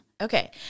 Okay